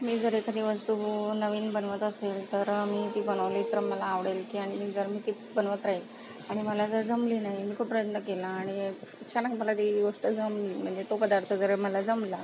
मी जर एखादी वस्तू नवीन बनवत असेल तर मी ती बनवली तर मला आवडेल किंवा मी जर मी ती बनवत राहील आणि मला जर जमली नाही मी खूप प्रयत्न केला आणि अचानक मला ती गोष्ट जमली म्हणजे तो पदार्थ जर मला जमला